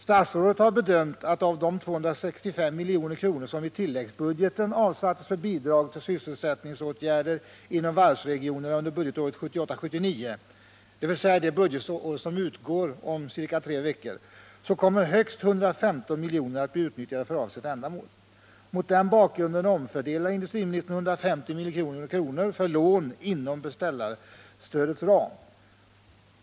Statsrådet har bedömt att av de 265 milj.kr. som i tilläggsbudgeten avsattes för Bidrag till sysselsättningsåtgärder inom varvsregionerna under budgetåret 1978/79, dvs. det budgetår som utlöper om ca tre veckor, kommer högst 115 milj.kr. att bli utnyttjade för avsett ändamål. Mot denna bakgrund omfördelar industriministern 150 milj.kr. för lån inom beställarstödets ram.